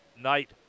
night